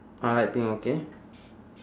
ah light pink okay